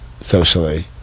socially